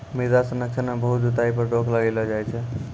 मृदा संरक्षण मे बहुत जुताई पर रोक लगैलो जाय छै